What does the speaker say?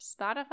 Spotify